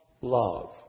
love